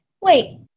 Wait